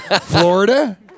Florida